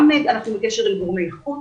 אנחנו גם בקשר עם גורמי חוץ,